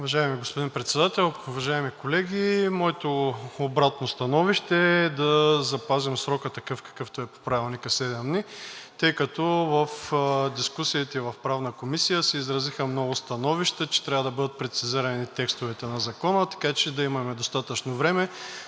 Уважаеми господин Председател, уважаеми колеги! Моето обратно становище е да запазим срока такъв, какъвто е по Правилника – седем дни, тъй като в дискусиите в Правната комисия се изразиха много становища, че трябва да бъдат прецизирани текстовете на Закона, така че да имаме достатъчно време